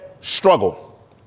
struggle